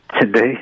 Today